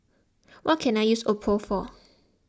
what can I use Oppo for